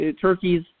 Turkey's